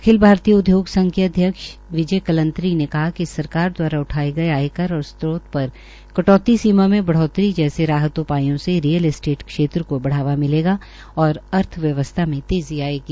अखिल भारतीय उद्योग संघ के अध्यक्ष विजय कलन्तरी ने कहा कि सरकार द्वारा उठाये गये आयकर और स्त्रोत पर कटौती सीमा में बढ़ोतरी जैसे राहत उपायों से ही रियल एस्टेट क्षेत्र को बढ़ावा मिलेगा और अर्थव्यवस्था में तेज़ी आयेगी